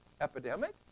epidemic